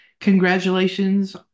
Congratulations